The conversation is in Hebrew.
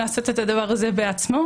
לעשות את הדבר הזה בעצמו,